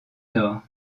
nord